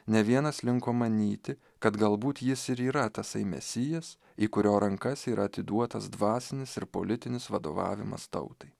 ne vienas linko manyti kad galbūt jis ir yra tasai mesijas į kurio rankas yra atiduotas dvasinis ir politinis vadovavimas tautai